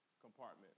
compartment